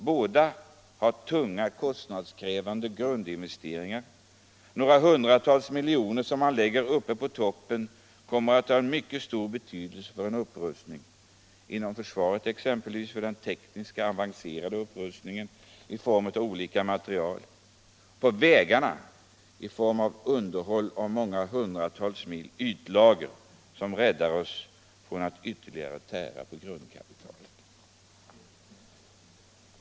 Båda har tunga, kostnadskrävande grundinvesteringar; några hundratal miljoner som man lägger på toppen kommer att ha mycket stor betydelse för en upprustning, inom försvaret exempelvis för den tekniska avancerade upprustningen i form av olika material, på vägarna i form av underhåll av många hundratals mil ytlager som räddar oss från att ytterligare tära på grundkapitalet.